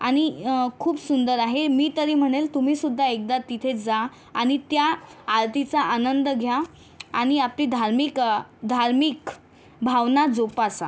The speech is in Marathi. आणि खूप सुंदर आहे मी तरी म्हणेल तुम्ही सुद्धा एकदा तिथे जा आणि त्या आरतीचा आनंद घ्या आणि आपली धार्मिक धार्मिक भावना जोपासा